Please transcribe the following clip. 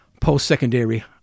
post-secondary